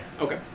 Okay